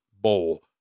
Bowl